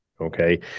okay